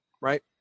Right